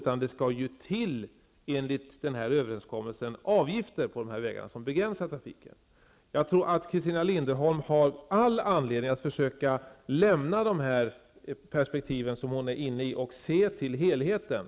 Enligt den här överenskommelsen skall det ju vara avgifter på de aktuella vägarna för att begränsa trafiken. Jag tror att Christina Linderholm har all anledning att försöka lämna de perspektiv som hon är inne på och i stället se till helheten.